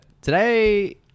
today